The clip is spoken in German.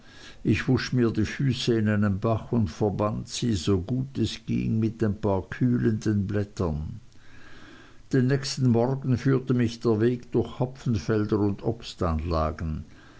ich wusch mir die füße in einem bach und verband sie so gut es ging mit ein paar kühlenden blättern den nächsten morgen führte mich der weg durch hopfenfelder und obstanlagen